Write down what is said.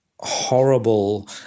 horrible